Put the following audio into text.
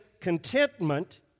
contentment